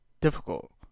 difficult